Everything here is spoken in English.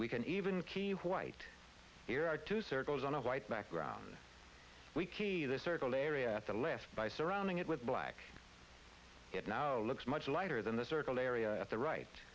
we can even key white here are two circles on a white background we keep this circle area at the left by surrounding it with black it now looks much lighter than the circle area at the right